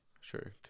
sure